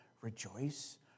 Rejoice